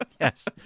Yes